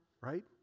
right